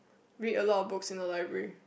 read a lot of books in our library